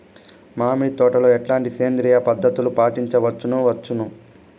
మామిడి తోటలో ఎట్లాంటి సేంద్రియ పద్ధతులు పాటించవచ్చును వచ్చును?